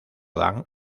dan